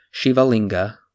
Shivalinga